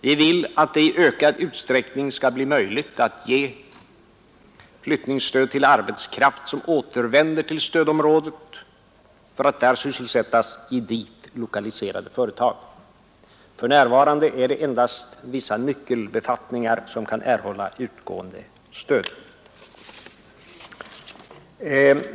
Vi vill att det i ökad utsträckning skall bli möjligt att ge flyttningsstöd till arbetskraft som återvänder till stödområdet för att där sysselsättas i dit lokaliserade företag. För närvarande är det endast vissa nyckelbefattningar som kan erhålla utgående stöd.